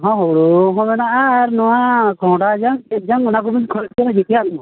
ᱦᱮᱸ ᱦᱩᱲᱩ ᱦᱚᱸ ᱢᱮᱱᱟᱜᱼᱟ ᱟᱨ ᱱᱚᱣᱟ ᱠᱚᱸᱦᱰᱟ ᱡᱟᱝ ᱪᱮᱫ ᱡᱟᱝ ᱚᱱᱟ ᱠᱚᱫᱚ ᱡᱚᱛᱮᱭᱟᱜ ᱢᱮᱱᱟᱜᱼᱟ